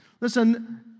Listen